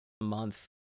month